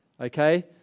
okay